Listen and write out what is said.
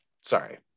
sorry